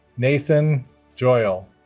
nathan joyal